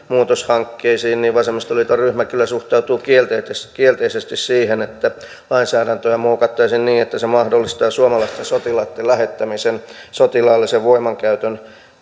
muutoshankkeisiin niin vasemmistoliiton ryhmä kyllä suhtautuu kielteisesti kielteisesti siihen että lainsäädäntöä muokattaisiin niin että se mahdollistaa suomalaisten sotilaitten lähettämisen sotilaallisen voimankäytön